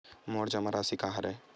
मोर जमा राशि का हरय?